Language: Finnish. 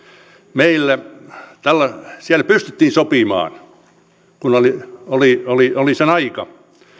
meille siellä pystyttiin sopimaan kun oli oli sen aika